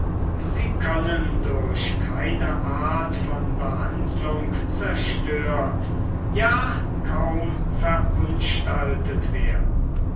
sie können durch keine art von behandlung zerstört ja kaum verunstaltet werden